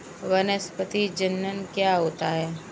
वानस्पतिक जनन क्या होता है?